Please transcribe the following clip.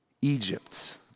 Egypt